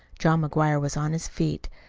john mcguire was on his feet.